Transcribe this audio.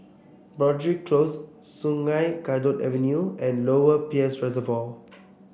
Broadrick Close Sungei Kadut Avenue and Lower Peirce Reservoir